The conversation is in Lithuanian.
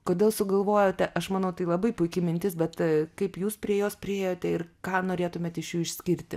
kodėl sugalvojote aš manau tai labai puiki mintis bet tai kaip jūs prie jos priėjote ir ką norėtumėt iš jų išskirti